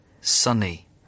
Sunny